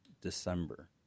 December